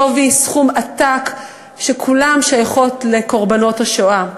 בשווי סכום עתק, שכולן שייכות לקורבנות השואה.